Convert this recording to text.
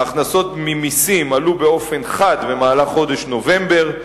ההכנסות ממסים עלו באופן חד במהלך חודש נובמבר.